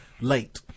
late